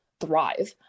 thrive